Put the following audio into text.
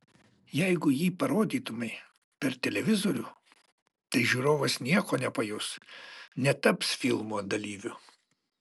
jeigu jį parodytumei per televizorių tai žiūrovas nieko nepajus netaps filmo dalyviu